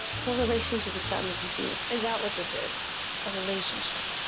so relationship has gotten me confused. is that what this is a relationship?